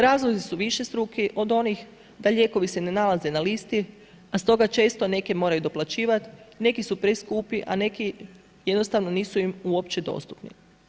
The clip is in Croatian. Razlozi su višestruki, od onih da lijekovi se ne nalaze na listi pa stoga često neke moraju doplaćivati, neki su preskupi, a neki jednostavno nisu im uopće dostupni.